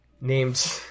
named